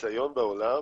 מניסיון בעולם,